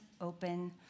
open